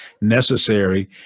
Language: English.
necessary